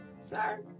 sir